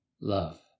love